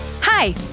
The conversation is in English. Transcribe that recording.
Hi